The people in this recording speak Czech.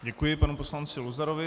Děkuji panu poslanci Luzarovi.